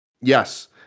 Yes